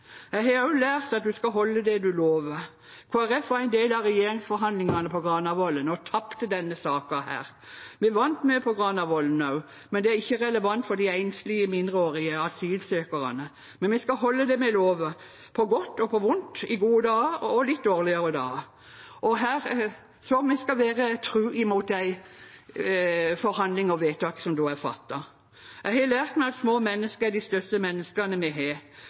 Jeg har også lært at en skal holde det en lover. Kristelig Folkeparti var en del av regjeringsforhandlingene på Granavolden og tapte denne saken. Vi vant mye på Granavolden også, men det er ikke relevant for de enslige mindreårige asylsøkerne. Men vi skal holde det vi lover, på godt og på vondt, i gode dager og i litt dårligere dager. Så vi skal være tro mot de forhandlingene og vedtakene som er fattet. Jeg har lært meg at de små menneskene er de største menneskene vi har.